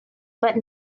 but